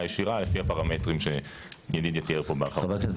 ישירה לפי הפרמטרים שידידיה תיאר פה בהרחבה.